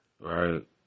right